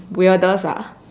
weirdest ah